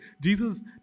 Jesus